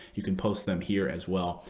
you can post them here as well.